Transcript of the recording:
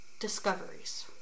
discoveries